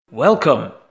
Welcome